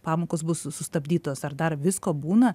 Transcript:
pamokos bus su sustabdytos ar dar visko būna